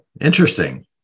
interesting